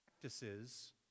practices